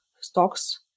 stocks